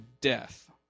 death